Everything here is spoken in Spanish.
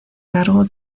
cargo